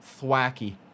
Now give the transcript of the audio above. Thwacky